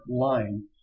line